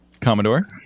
Commodore